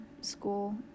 school